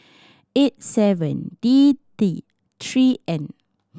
eight seven D T Three N